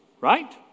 right